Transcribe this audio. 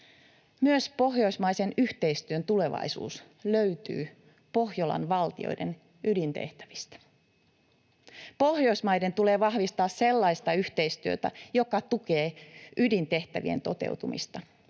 Myös pohjoismaisen yhteistyön tulevaisuus löytyy Pohjolan valtioiden ydintehtävistä. Pohjoismaiden tulee vahvistaa sellaista yhteistyötä, joka tukee ydintehtävien toteutumista,